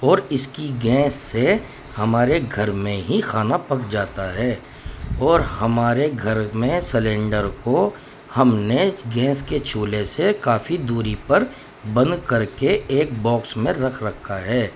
اور اس کی گیس سے ہمارے گھر میں ہی کھانا پک جاتا ہے اور ہمارے گھر میں سلینڈر کو ہم نے گیس کے چولہے سے کافی دوری پر بند کر کے ایک باکس میں رکھ رکھا ہے